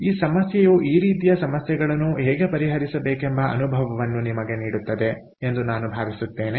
ಆದ್ದರಿಂದ ಈ ಸಮಸ್ಯೆಯು ಈ ರೀತಿಯ ಸಮಸ್ಯೆಗಳನ್ನು ಹೇಗೆ ಪರಿಹರಿಸಬೇಕೆಂಬ ಅನುಭವವನ್ನು ನಿಮಗೆ ನೀಡುತ್ತದೆ ಎಂದು ನಾನು ಭಾವಿಸುತ್ತೇನೆ